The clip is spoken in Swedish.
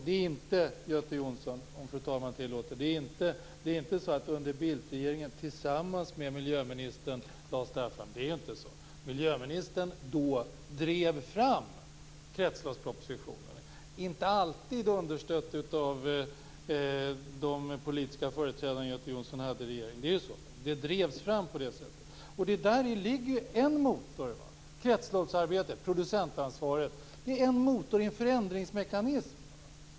Det är inte så, Göte Jonsson - om fru talman tillåter - att det här lades fram tillsammans med miljöministern under Bildtregeringen. Den dåvarande miljöministern drev fram kretsloppspropositionen, inte alltid understödd av de politiska företrädare som Göte Jonsson hade i regeringen. Den drevs fram på det sättet. Däri ligger ju en motor - kretsloppsarbetet och producentansvaret. Det är en motor i en förändringsmekanism.